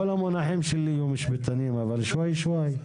המונחים שלי יהיו משפטיים, אבל שוויה-שוויה.